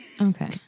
Okay